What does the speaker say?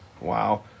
Wow